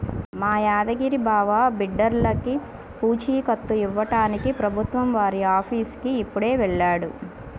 మా యాదగిరి బావ బిడ్డర్లకి పూచీకత్తు ఇవ్వడానికి ప్రభుత్వం వారి ఆఫీసుకి ఇప్పుడే వెళ్ళాడు